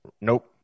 Nope